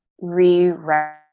rewrite